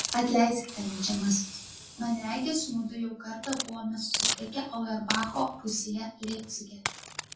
atleiskite meldžiamasis man regis mudu jau kartą buvome susitikę auerbacho rūsyje leipcige